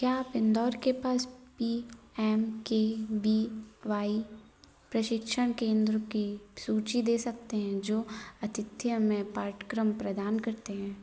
क्या आप इंदौर के पास P M K V Y प्रशिक्षण केंद्रों की सूची दे सकते हैं जो आतिथ्य में पाठ्यक्रम प्रदान करते हैं